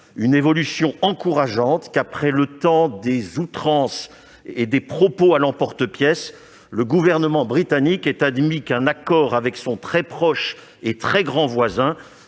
une évolution encourageante qu'après le temps des outrances et des propos à l'emporte-pièce le gouvernement britannique ait admis qu'un accord avec son très proche et très grand voisin